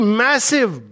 massive